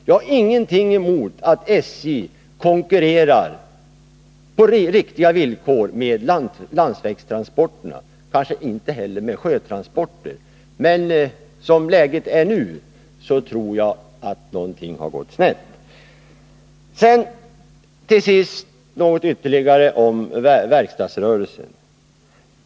Jag har ingenting emot att SJ konkurrerar på riktiga villkor med landsvägstransporter, och heller inte med sjötransporter, men som läget nu har blivit tror jag att någonting har gått snett. Till sist ytterligare något om verkstadsrörelsen.